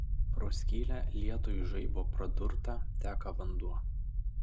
pro skylę lietuj žaibo pradurtą teka vanduo